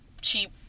cheap